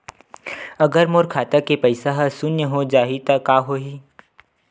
अगर मोर खाता के पईसा ह शून्य हो जाही त का होही?